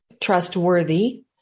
trustworthy